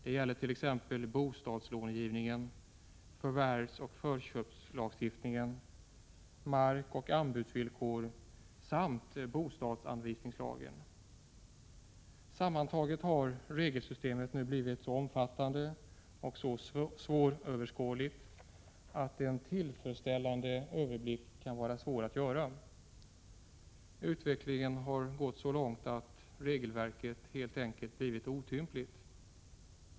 Det gäller t.ex. bostadslångivningen, förvärvsoch förköpslagstiftningen, markoch anbudsvillkor samt bostadsanvisningslagen. Sammantaget har regelsystemet nu blivit så omfattande och så svåröverskådligt att en tillfredsställande överblick kan vara svår att göra. Utvecklingen har gått så långt att regelverket helt enkelt blivit otympligt.